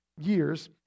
years